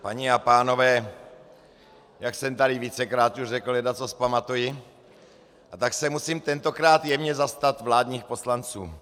Paní a pánové, jak jsem tady vícekrát už řekl, leccos pamatuji, a tak se musím tentokrát jemně zastat vládních poslanců.